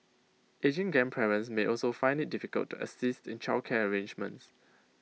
ageing grandparents may also find IT difficult to assist in childcare arrangements